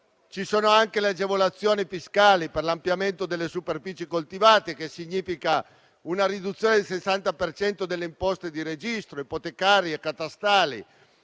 Ci sono anche agevolazioni fiscali per l'ampliamento delle superfici coltivate, con una riduzione del 60 per cento delle imposte di registro, ipotecarie e catastali,